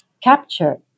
capture